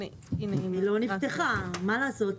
המצגת לא נפתחה, מה לעשות.